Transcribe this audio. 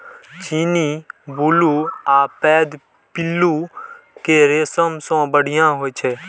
चीनी, बुलू आ पैघ पिल्लू के रेशम सबसं बढ़िया होइ छै